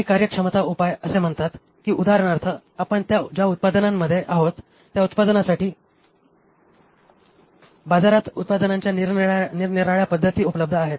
काही कार्यक्षमता उपाय असे म्हणतात की उदाहरणार्थ आपण ज्या उत्पादनामध्ये आहोत त्या उत्पादनासाठी बाजारात उत्पादनांच्या निरनिराळ्या पद्धती उपलब्ध आहेत